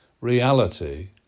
reality